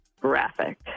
graphic